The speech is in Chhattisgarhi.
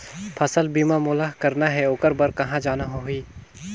फसल बीमा मोला करना हे ओकर बार कहा जाना होही?